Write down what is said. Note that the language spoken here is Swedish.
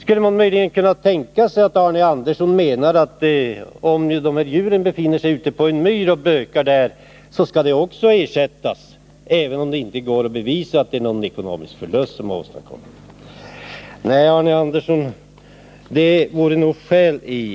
Menar möjligen Arne Andersson att om dessa djur är ute och bökar på en myr skall markägaren ha ersättning även om det inte går att bevisa att någon ekonomisk förlust åstadkommits?